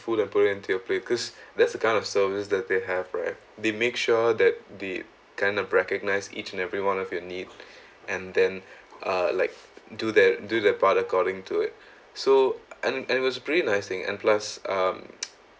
food emporium to your place cause that's the kind of service that they have right they make sure that they kind of recognise each and every one of your need and then uh like do their do their part according to it so and and it was pretty nice thing and plus um